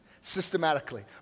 Systematically